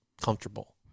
comfortable